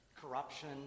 corruption